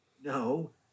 No